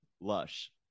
lush